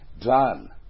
Done